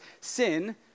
sin